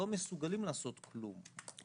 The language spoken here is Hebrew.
לא מסוגלים לעשות כולם.